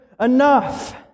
enough